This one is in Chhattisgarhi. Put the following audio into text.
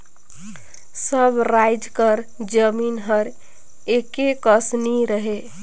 सब राएज कर जमीन हर एके कस नी रहें